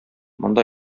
монда